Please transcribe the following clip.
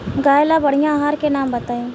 गाय ला बढ़िया आहार के नाम बताई?